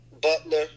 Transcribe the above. Butler